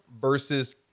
versus